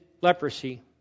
leprosy